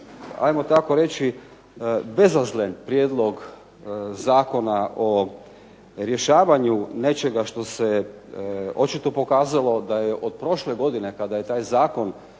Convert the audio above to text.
ajmo tako reći bezazlen prijedlog zakona o rješavanju nečega što se očito pokazalo da je od prošle godine kada je taj zakon